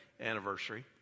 anniversary